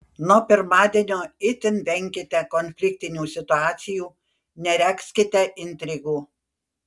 nuo pirmadienio itin venkite konfliktinių situacijų neregzkite intrigų